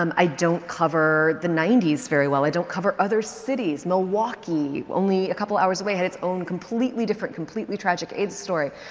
um i don't cover the ninety s very well. i don't cover other cities. milwaukee, only a couple of hours away, has its own completely different, completely tragic aids story.